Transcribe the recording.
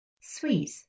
Sweet